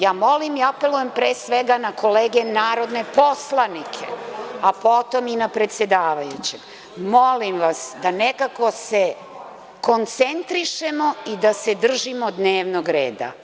Ja molim i apelujem, pre svega, na kolege narodne poslanike, a potom i na predsedavajućeg, da nekako se koncentrišemo i da se držimo dnevnog reda.